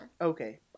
Okay